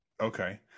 Okay